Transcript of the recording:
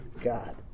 God